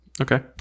Okay